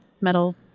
metal